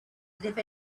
live